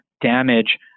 damage